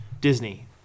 Disney